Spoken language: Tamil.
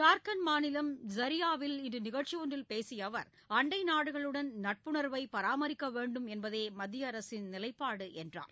ஜார்க்கண்ட் மாநிலம் ஜரியாவில் இன்று நிகழ்ச்சி ஒன்றில் பேசிய அவர் அண்டை நாடுகளுடன் நட்புணர்வை பராமரிக்க வேண்டும் என்பதே மத்திய அரசின் நிலைப்பாடு என்றார்